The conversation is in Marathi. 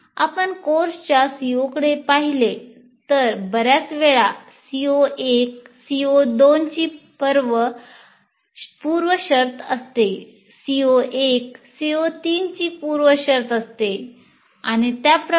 आपण कोर्सच्या CO कडे पाहिले तर बर्याच वेळा CO1 CO2 ची पूर्व शर्त असते CO1 CO3 ची पूर्व शर्त असते आणि त्याप्रमाणे